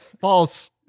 False